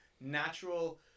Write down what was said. natural